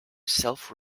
self